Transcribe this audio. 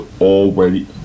already